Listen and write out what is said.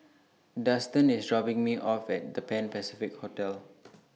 Dustan IS dropping Me off At The Pan Pacific Hotel